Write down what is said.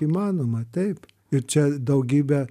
įmanoma taip ir čia daugybė